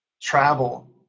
travel